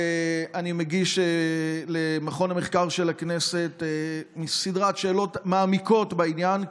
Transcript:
אני מגיש למכון המחקר של הכנסת סדרת שאלות מעמיקות בעניין,